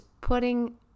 putting